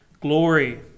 glory